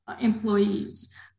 employees